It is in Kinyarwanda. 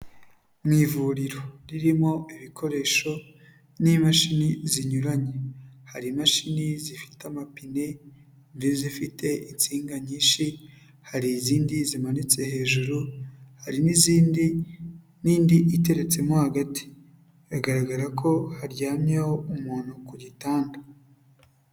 Ni ivuriro ririmo ibikoresho n'imashini zinyuranye, hari imashini zifite amapine n'izifite insinga nyinshi, hari izindi zimanitse hejuru hari n'izindi, n'indi iteretse mo hagati, biragaragara ko haryamyeho umuntu ku gitanda.